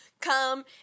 Come